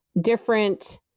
different